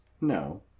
No